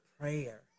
prayer